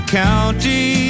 county